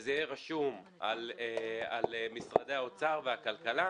וזה יהיה רשום על משרדי האוצר והכלכלה.